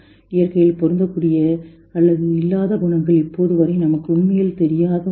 இயற்கையில் பொருந்தக்கூடிய அல்லது இல்லாத குணங்கள் இப்போது வரை நமக்கு உண்மையில் தெரியாத ஒன்று